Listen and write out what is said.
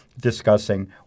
discussing